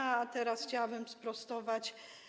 A teraz chciałabym sprostować.